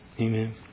Amen